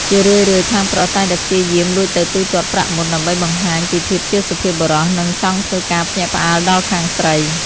ជារឿយៗ ខាងប្រុសតែងតែព្យាយាមលួចទៅទូទាត់ប្រាក់មុន ដើម្បីបង្ហាញពីភាពជាសុភាពបុរស និងចង់ធ្វើការភ្ញាក់ផ្អើលដល់ខាងស្រី។